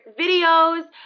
videos